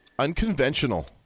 Unconventional